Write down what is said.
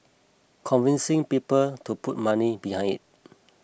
convincing people to put money behind it